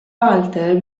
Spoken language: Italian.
walter